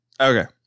okay